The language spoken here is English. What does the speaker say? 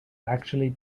actually